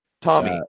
Tommy